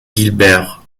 guilbert